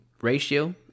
ratio